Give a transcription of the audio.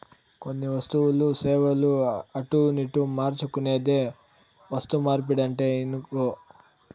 కొన్ని వస్తువులు, సేవలు అటునిటు మార్చుకునేదే వస్తుమార్పిడంటే ఇనుకో